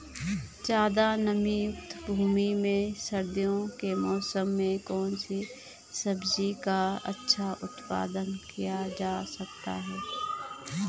ज़्यादा नमीयुक्त भूमि में सर्दियों के मौसम में कौन सी सब्जी का अच्छा उत्पादन किया जा सकता है?